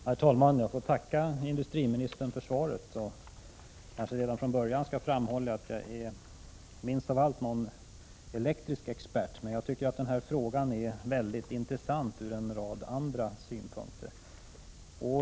Herr talman! Jag får tacka industriministern för svaret. Jag skall kanske redan från början framhålla att jag minst av allt är någon elektrisk expert men att jag tycker att den här frågan är väldigt intressant ur en rad andra synpunkter.